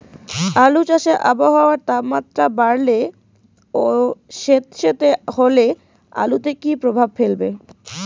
আলু চাষে আবহাওয়ার তাপমাত্রা বাড়লে ও সেতসেতে হলে আলুতে কী প্রভাব ফেলবে?